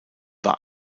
war